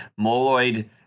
Moloid